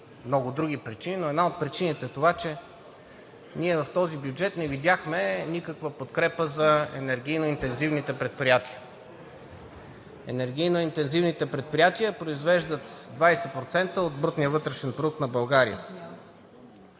много други причини, но една от причините е това, че ние в този бюджет не видяхме никаква подкрепа за енергийно интензивните предприятия. Енергийно интензивните предприятия произвеждат 20% от брутния вътрешен продукт на България.